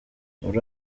muri